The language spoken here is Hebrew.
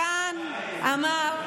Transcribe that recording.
ארבע,